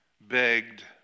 begged